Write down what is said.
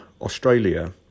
Australia